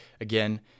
again